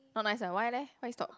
not nice ah why leh why you stop